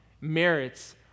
merits